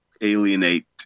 alienate